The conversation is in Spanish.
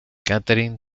catherine